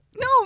No